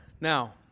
Now